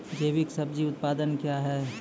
जैविक सब्जी उत्पादन क्या हैं?